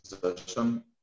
position